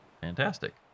Fantastic